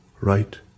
right